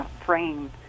frame